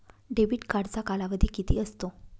Debit कार्डचा कालावधी किती असतो?